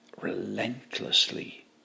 relentlessly